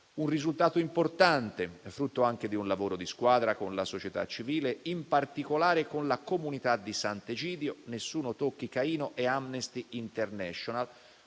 un risultato importante, frutto anche di un lavoro di squadra con la società civile, in particolare con la Comunità di Sant'Egidio, Nessuno tocchi Caino e Amnesty International,